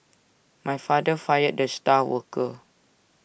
my father fired the star worker